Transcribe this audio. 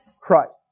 Christ